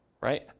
Right